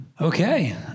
Okay